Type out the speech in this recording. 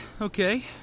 Okay